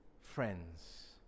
friends